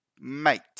mate